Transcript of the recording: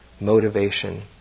motivation